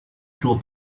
through